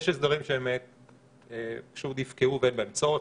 יש הסדרים שיפקעו ואין בהם צורך.